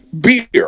beer